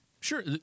Sure